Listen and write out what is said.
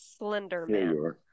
Slenderman